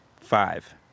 Five